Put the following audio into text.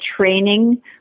training